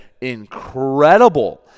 incredible